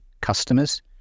customers